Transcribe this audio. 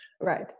right